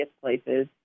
places